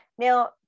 Now